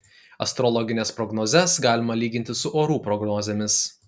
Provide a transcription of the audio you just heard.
astrologines prognozes galima lyginti su orų prognozėmis